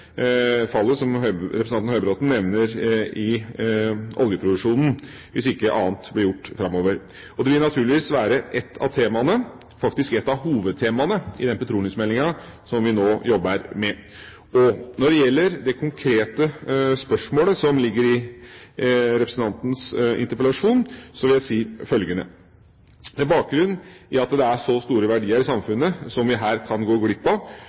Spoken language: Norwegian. fallet i oljeproduksjonen, som representanten Høybråten nevner, hvis ikke annet blir gjort framover. Og det vil naturligvis være et av temaene – faktisk et av hovedtemaene – i petroleumsmeldingen som vi nå jobber med. Når det gjelder det konkrete spørsmålet som ligger i representantens interpellasjon, vil jeg si følgende: Med bakgrunn i at det er så store verdier i samfunnet som vi her kan gå glipp av,